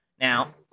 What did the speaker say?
Now